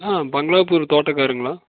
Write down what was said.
ஆ Bangalapur தோட்டக்காரருங்களா